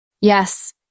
Yes